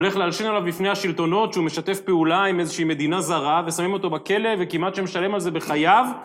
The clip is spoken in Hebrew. הולך להלשין עליו לפני השלטונות שהוא משתף פעולה עם איזושהי מדינה זרה ושמים אותו בכלא וכמעט שמשלם על זה בחייו